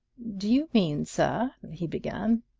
do you mean, sir he began.